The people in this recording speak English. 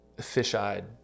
fish-eyed